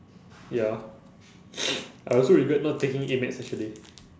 ya I also regret not taking A maths actually